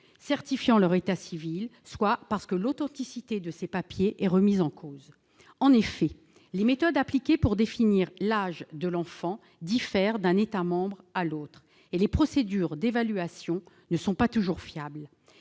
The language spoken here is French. certifiant leur état civil, soit parce que l'authenticité de ces papiers est remise en cause. En effet, les méthodes appliquées pour définir l'âge de l'enfant diffèrent d'un État membre à l'autre, et les procédures d'évaluation ne sont pas toujours fiables.